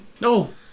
No